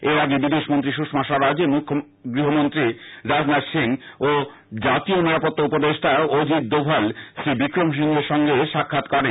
এর আগে বিদেশমন্ত্রী সুষমা স্বরাজ গৃহমন্ত্রী রাজনাথ সিং ও জাতীয় নিরাপত্তা উপদেষ্টা অজিত দোভাল শ্রী বিক্রম সিংঘের সঙ্গে সাক্ষাৎ করেন